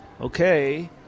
okay